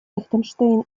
лихтенштейн